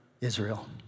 Israel